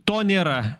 to nėra